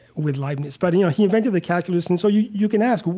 with leibniz but, you know he invented the calculus. and so, you you can ask,